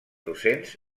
docents